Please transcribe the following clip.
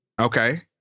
Okay